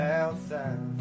outside